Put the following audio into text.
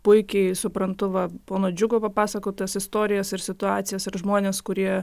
puikiai suprantu va pono džiugo papasakotas istorijas ir situacijas ir žmones kurie